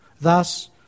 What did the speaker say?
Thus